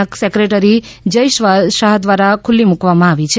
ના સેક્રેટરી જય શાહ દ્વારા ખુલ્લી મૂકવામાં આવી છે